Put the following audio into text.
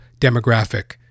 demographic